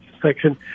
section